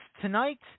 Tonight